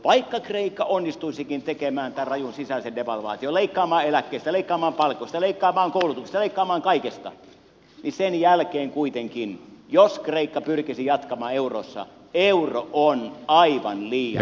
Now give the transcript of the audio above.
vaikka kreikka onnistuisikin tekemään tämän rajun sisäisen devalvaation leikkaamaan eläkkeistä leikkaamaan palkoista leikkaamaan koulutuksesta ja leikkaamaan kaikesta niin sen jälkeen kuitenkin jos kreikka pyrkisi jatkamaan eurossa euro on aivan liian vahva valuutta